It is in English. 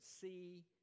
see